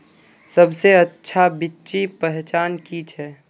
सबसे अच्छा बिच्ची पहचान की छे?